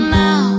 now